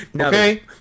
Okay